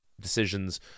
decisions